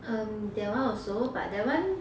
um that one also but that one